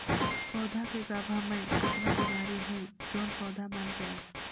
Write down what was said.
पौधा के गाभा मै कतना बिमारी होयल जोन पौधा मर जायेल?